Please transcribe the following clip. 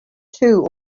two